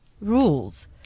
rules